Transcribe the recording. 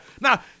Now